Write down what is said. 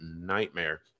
nightmare